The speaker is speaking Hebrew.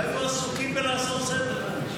והיו עסוקים בלעשות סדר.